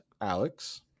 Alex